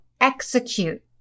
execute